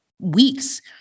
weeks